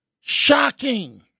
shocking